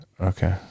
Okay